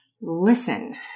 Listen